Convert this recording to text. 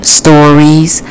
stories